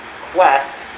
Quest